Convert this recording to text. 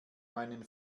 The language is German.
meinen